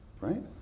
right